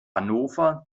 hannover